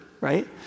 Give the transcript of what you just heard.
right